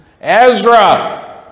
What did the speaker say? Ezra